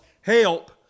help